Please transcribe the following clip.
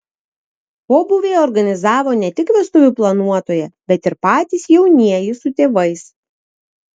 pobūvį organizavo ne tik vestuvių planuotoja bet ir patys jaunieji su tėvais